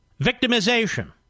victimization